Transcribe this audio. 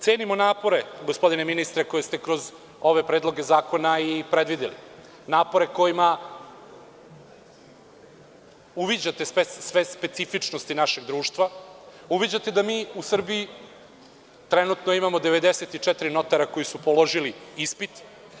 Cenimo napore, gospodine ministre, koje ste kroz ove predloge zakona i predvideli, napore kojima uviđate sve specifičnosti našeg društva, uviđate da mi u Srbiji trenutno imamo 94 notara koji su položili ispit.